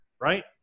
right